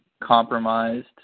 compromised